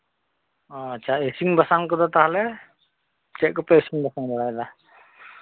ᱚ ᱟᱪᱪᱷᱟ ᱤᱥᱤᱱ ᱵᱟᱥᱟᱝ ᱠᱚᱫᱚ ᱛᱟᱦᱞᱮ ᱪᱮᱫ ᱠᱚᱯᱮ ᱤᱥᱤᱱ ᱵᱟᱥᱟᱝ ᱵᱟᱲᱟᱭᱮᱫᱟ